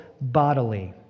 bodily